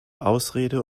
ausrede